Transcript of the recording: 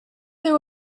there